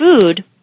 Food